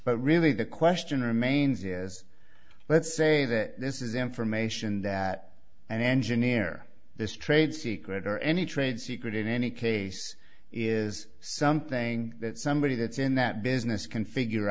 but really the question remains is let's say that this is information that an engineer this trade secret or any trade secret in any case is something that somebody that's in that business can figure